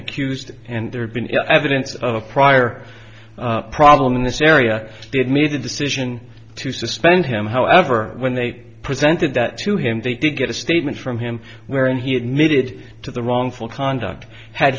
accused and there'd been evidence of a prior problem in this area did made a decision to suspend him however when they presented that to him they did get a statement from him wherein he admitted to the wrongful conduct had